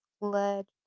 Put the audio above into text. led